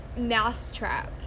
Mousetrap